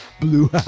Blue